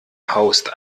haust